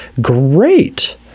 Great